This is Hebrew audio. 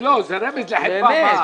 זה רמז לחיפה.